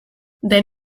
then